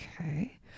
Okay